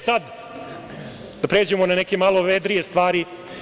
Sada da pređemo na neko malo vedrije stvari.